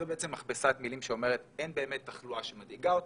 זו מכבסת מילים האומרת: אין באמת תחלואה שמדאיגה אותנו,